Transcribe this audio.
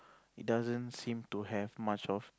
it doesn't seem to have much of